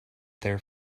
there